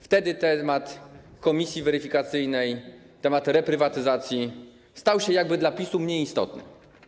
Wtedy temat komisji weryfikacyjnej, temat reprywatyzacji stał się jakby dla PiS-u mniej istotny.